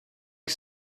que